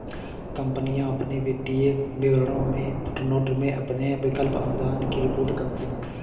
कंपनियां अपने वित्तीय विवरणों में फुटनोट में अपने विकल्प अनुदान की रिपोर्ट करती हैं